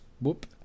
Whoop